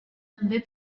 també